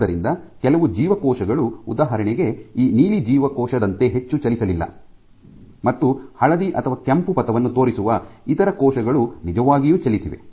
ಆದ್ದರಿಂದ ಕೆಲವು ಜೀವಕೋಶಗಳು ಉದಾಹರಣೆಗೆ ಈ ನೀಲಿ ಕೋಶದಂತೆ ಹೆಚ್ಚು ಚಲಿಸಲಿಲ್ಲ ಮತ್ತು ಹಳದಿ ಅಥವಾ ಕೆಂಪು ಪಥವನ್ನು ತೋರಿಸುವ ಇತರ ಕೋಶಗಳು ನಿಜವಾಗಿಯೂ ಚಲಿಸಿವೆ